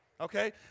Okay